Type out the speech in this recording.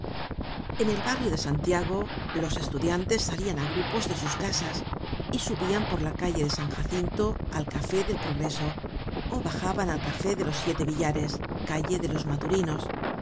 en el barrio de santiago los estudiantes salian á grupos de sus casas y subian por la calle de san jacinto al café del progreso ó bajaban al café de los siete billares calle de los maturinos